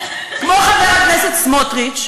כמו חבר הכנסת סמוטריץ,